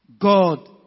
God